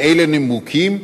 מאילו נימוקים?